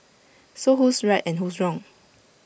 so who's right and who's wrong